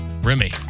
Remy